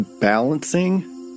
balancing